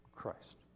Christ